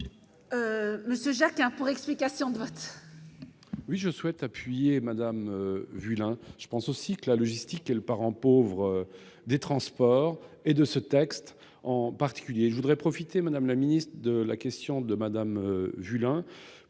Olivier Jacquin, pour explication de vote.